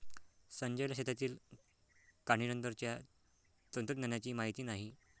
संजयला शेतातील काढणीनंतरच्या तंत्रज्ञानाची माहिती नाही